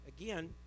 Again